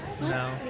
No